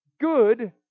good